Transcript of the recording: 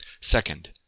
Second